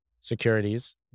securities